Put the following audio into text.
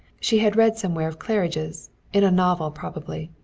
she had read somewhere of claridge's in a novel probably.